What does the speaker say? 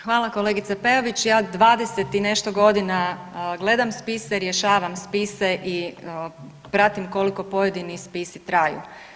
Hvala kolegice Peović, ja 20 i nešto godina gledam spise, rješavam spise i pratim koliko pojedini spisi traju.